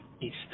east